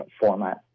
format